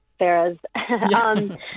Sarahs